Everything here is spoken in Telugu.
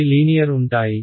అవి లీనియర్ ఉంటాయి